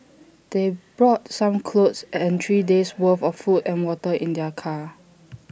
they brought some clothes and three days' worth of food and water in their car